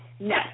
No